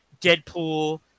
Deadpool